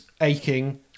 aching